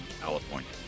California